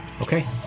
Okay